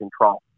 control